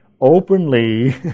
openly